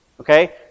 Okay